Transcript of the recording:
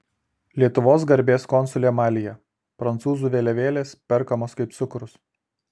lietuvos garbės konsulė malyje prancūzų vėliavėlės perkamos kaip cukrus